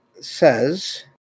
says